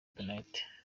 penaliti